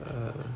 err